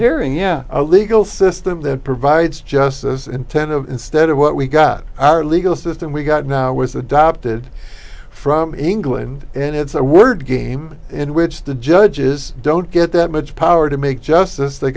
hearing yeah legal system that provides justice and ten of instead of what we got our legal system we got now was adopted from england and it's a word game in which the judges don't get that much power to make justice they